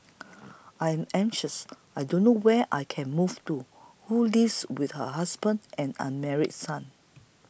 I'm anxious I don't know where I can move to who lives with her husband and unmarried son